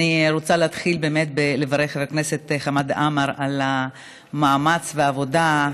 אני רוצה להתחיל ולברך את חבר הכנסת חמד עמאר על המאמץ והעבודה,